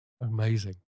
amazing